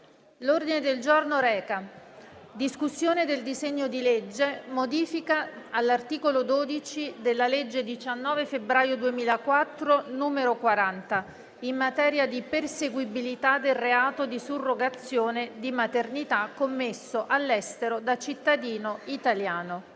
Il Senato, in sede di esame del disegno di legge recante "Modifica all'articolo 12 della legge 19 febbraio 2004, n. 40, in materia di perseguibilità del reato di surrogazione di maternità commesso all'estero da cittadino italiano",